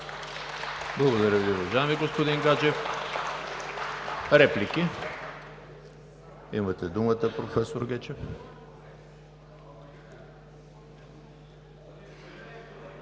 Благодаря Ви, уважаеми господин Гаджев. Реплики? Имате думата, професор Гечев.